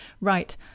Right